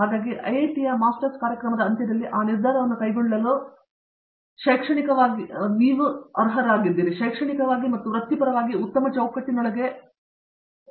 ಹಾಗಾಗಿ ಮದ್ರಾಸ್ ಐಐಟಿಯ ಮಾಸ್ಟರ್ಸ್ ಕಾರ್ಯಕ್ರಮದ ಅಂತ್ಯದಲ್ಲಿ ಆ ನಿರ್ಧಾರವನ್ನು ಕೈಗೊಳ್ಳಲು ಶೈಕ್ಷಣಿಕವಾಗಿ ಮತ್ತು ವೃತ್ತಿಪರವಾಗಿ ಉತ್ತಮ ಚೌಕಟ್ಟಿನೊಳಗೆ ನನ್ನ ಮನಸ್ಸಿನಲ್ಲಿ ಸ್ಥಾನವಿದೆ